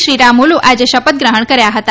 શ્રી રાજીલુએ આજે શપથ ગ્રહણ કર્યા હતા